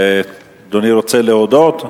אדוני רוצה להודות?